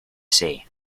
say